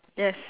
yes